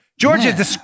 Georgia